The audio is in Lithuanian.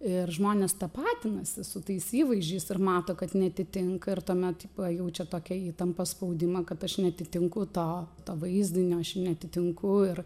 ir žmonės tapatinasi su tais įvaizdžiais ir mato kad neatitinka ir tuomet pajaučia tokią įtampą spaudimą kad aš neatitinku to to vaizdinio aš neatitinku ir